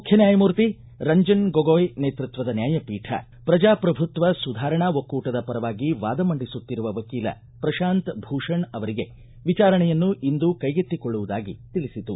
ಮುಖ್ಯ ನ್ಮಾಯಮೂರ್ತಿ ರಂಜನ್ ಗೊಗೋಯ್ ನೇತೃತ್ವದ ನ್ಯಾಯಪೀಠ ಪ್ರಜಾಪ್ರಭುತ್ವ ಸುಧಾರಣಾ ಒಕ್ಕೂಟದ ಪರವಾಗಿ ವಾದ ಮಂಡಿಸುತ್ತಿರುವ ವಕೀಲ ಪ್ರಶಾಂತ್ ಭೂಷಣ್ ಅವರಿಗೆ ವಿಚಾರಣೆಯನ್ನು ಇಂದು ಕೈಗೆತ್ತಿಕೊಳ್ಳುವುದಾಗಿ ತಿಳಿಸಿತು